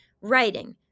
writing